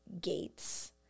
gates